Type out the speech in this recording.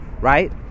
right